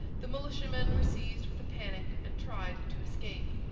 the militiamen were seized with a panic and tried to escape.